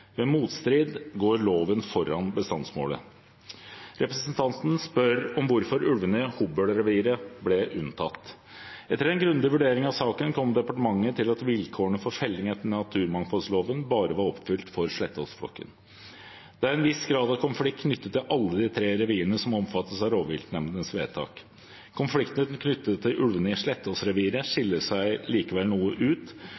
Ved motstrid går loven foran bestandsmålet. Representanten spør om hvorfor ulvene i Hobøl-reviret ble unntatt. Etter en grundig vurdering av saken kom departementet til at vilkårene for felling etter naturmangfoldloven bare var oppfylt for Slettås-flokken. Det er en viss grad av konflikt knyttet til alle de tre revirene som omfattes av rovviltnemndenes vedtak. Konflikten knyttet til ulvene i